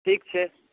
ठीक छै